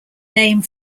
name